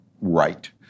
right